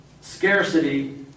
scarcity